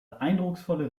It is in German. eindrucksvolle